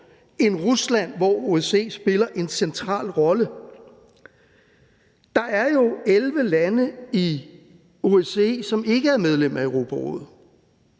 end Rusland, hvor OSCE spiller en central rolle. Der er jo 11 lande i OSCE, som ikke er medlem af Europarådet.